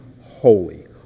holy